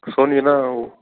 சோனினா